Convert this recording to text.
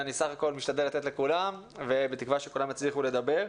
אני משתדל לתת לכולם, בתקווה שכולם יצליחו לדבר.